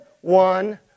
one